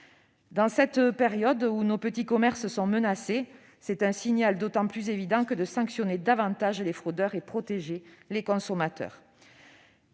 Dans cette période où nos petits commerces sont menacés, c'est adresser un signal important que de sanctionner davantage les fraudeurs et protéger les consommateurs.